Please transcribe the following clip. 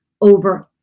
over